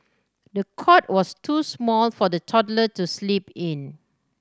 the cot was too small for the toddler to sleep in